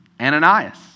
Ananias